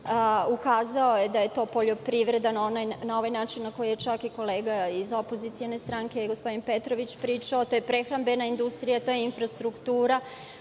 Ukazao je da je to poljoprivreda, na ovaj način na koji je čak i kolega iz opozicione stranke gospodin Petrović pričao, to je prehrambena industrija, to je infrastruktura,